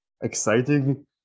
exciting